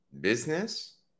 business